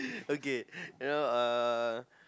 okay you know uh